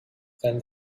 then